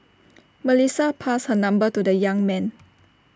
Melissa passed her number to the young man